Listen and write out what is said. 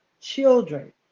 children